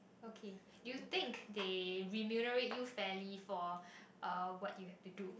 okay you think they remunerate you fairly for uh what you have to do